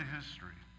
history